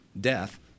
death